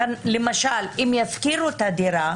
------ למשל אם ישכירו את הדירה,